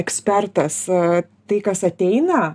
ekspertas tai kas ateina